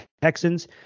Texans